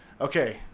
okay